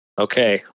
Okay